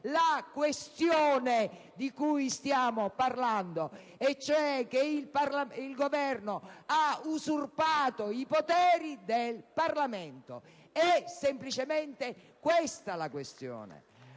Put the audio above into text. la questione di cui stiamo parlando, e cioè che il Governo ha usurpato i poteri del Parlamento. È semplicemente questa la questione!